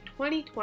2020